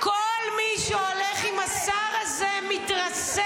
כל מי שהולך עם השר הזה מתרסק.